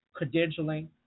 credentialing